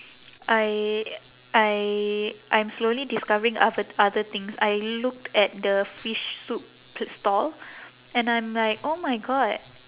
I I I'm slowly discovering other other things I looked at the fish soup stall and I'm like oh my god